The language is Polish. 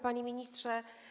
Panie Ministrze!